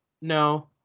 no